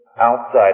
outside